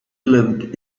lived